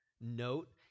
note